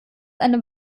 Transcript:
eine